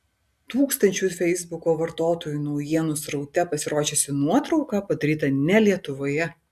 tūkstančių feisbuko vartotojų naujienų sraute pasirodžiusi nuotrauka padaryta ne lietuvoje